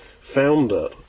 founder